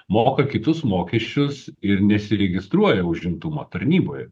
moka kitus mokesčius ir nesiregistruoja užimtumo tarnyboje